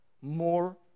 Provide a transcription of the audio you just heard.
more